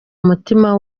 umutima